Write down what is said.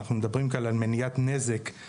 אנחנו מדברים כאן על מניעת נזק,